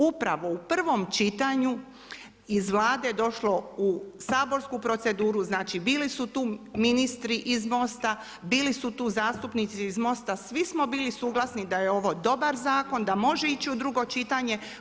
Upravo u prvom čitanju iz vlade je došlo u saborsku proceduru, znači bili su tu ministri iz MOST-a, bili su tu zastupnici iz MOST-a, svi smo bili suglasni da je ovo dobar zakon, da može ići u drugo čitanje.